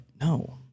No